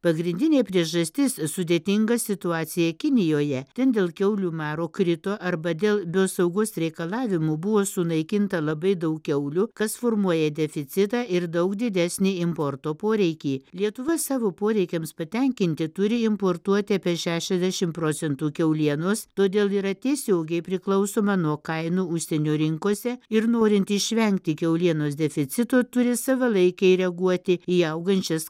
pagrindinė priežastis sudėtinga situacija kinijoje ten dėl kiaulių maro krito arba dėl biosaugos reikalavimų buvo sunaikinta labai daug kiaulių kas formuoja deficitą ir daug didesnį importo poreikį lietuva savo poreikiams patenkinti turi importuoti apie šešiasdešim procentų kiaulienos todėl yra tiesiogiai priklausoma nuo kainų užsienio rinkose ir norint išvengti kiaulienos deficito turi savalaikiai reaguoti į augančias